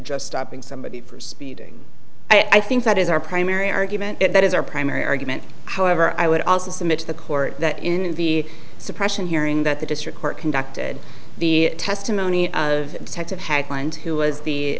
just stopping somebody for speeding i think that is our primary argument and that is our primary argument however i would also submit to the court that in the suppression hearing that the district court conducted the testimony of detective haglund who was the